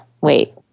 Wait